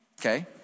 Okay